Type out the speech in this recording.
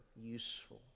useful